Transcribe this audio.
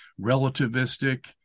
relativistic